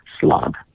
slog